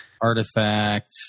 Artifact